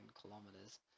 kilometers